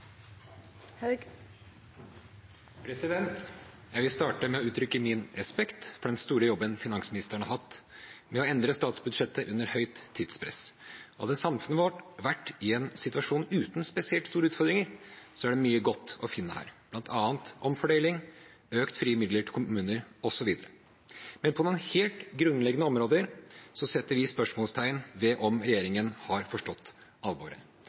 Jeg vil starte med å uttrykke min respekt for den store jobben finansministeren har hatt med å endre statsbudsjettet under høyt tidspress. Hadde samfunnet vårt vært i en situasjon uten spesielt store utfordringer, ville det vært mye godt å finne her – bl.a. omfordeling, økte frie midler til kommunene osv. Men på noen helt grunnleggende områder setter vi spørsmålstegn ved om regjeringen har forstått alvoret.